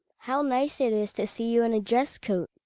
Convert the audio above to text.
how nice it is to see you in a dress-coat.